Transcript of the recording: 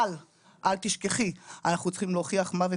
אבל אל תשכחי שאנחנו צריכים להוכיח מוות